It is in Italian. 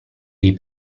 dei